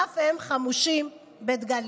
אף הם חמושים בדגלים.